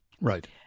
Right